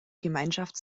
gemeinschaft